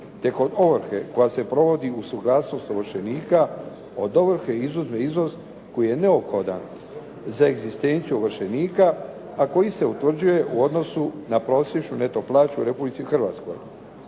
tijekom ovrhe koja se provodi uz suglasnost ovršenika od ovrhe izuzme iznos koji je neophodan za egzistenciju ovršenika a koji se utvrđuje u odnosu na prosječnu neto plaću u Republici Hrvatskoj.